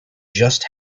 just